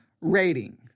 rating